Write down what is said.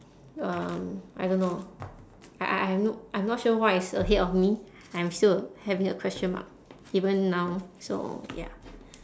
um I don't know I I I have no I'm not sure what is ahead of me I'm still having a question mark even now so ya